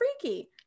freaky